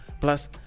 Plus